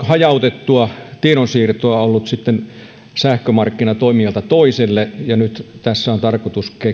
hajautettua tiedonsiirtoa ollut sähkömarkkinatoimijalta toiselle ja nyt tässä on tarkoitus